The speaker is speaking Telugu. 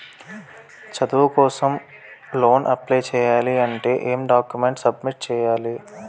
చదువు కోసం లోన్ అప్లయ్ చేయాలి అంటే ఎం డాక్యుమెంట్స్ సబ్మిట్ చేయాలి?